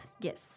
Yes